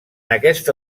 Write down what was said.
aquesta